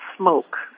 smoke